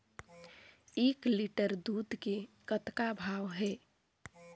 एक लिटर दूध के कतका भाव हे?